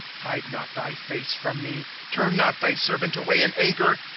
hide not thy face from me turn not thy servant away in anger.